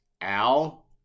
Al